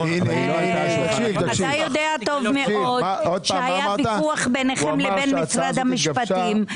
אתה יודע טוב מאוד שהיה ויכוח ביניכם למשרד המשפטים,